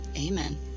Amen